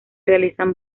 realizan